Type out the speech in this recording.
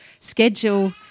schedule